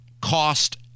cost